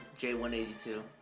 J182